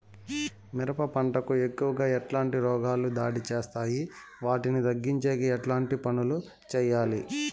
మిరప పంట కు ఎక్కువగా ఎట్లాంటి రోగాలు దాడి చేస్తాయి వాటిని తగ్గించేకి ఎట్లాంటి పనులు చెయ్యాలి?